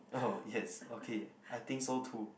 oh yes okay I think so too